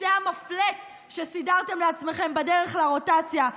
כיסא המפלט שסידרתם לעצמכם בדרך לרוטציה,